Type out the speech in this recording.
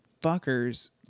fuckers